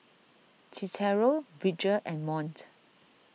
Cicero Bridger and Mont